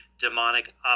demonic